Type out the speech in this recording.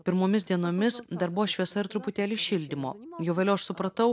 pirmomis dienomis dar buvo šviesa ir truputėlį šildymo jau vėliau aš supratau